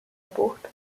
bucht